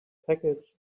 package